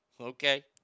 Okay